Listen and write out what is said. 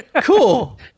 cool